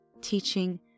teaching